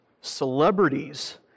celebrities